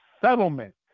settlement